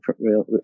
real